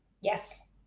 Yes